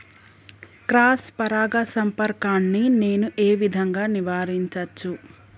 Cross పరాగ సంపర్కాన్ని నేను ఏ విధంగా నివారించచ్చు?